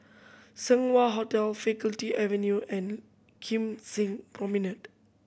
Seng Wah Hotel Faculty Avenue and Kim Seng Promenade